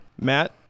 Matt